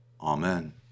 Amen